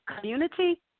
community